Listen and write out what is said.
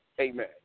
Amen